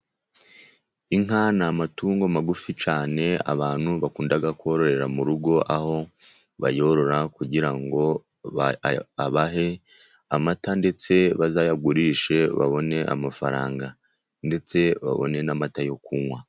Inka n'amatungo magufi cyane, abantu bakunda kororera mu rugo, aho bayorora kugira ngo abahe amata, ndetse bazayagurishe babone amafaranga, ndetse babone n'amata yo kunywa.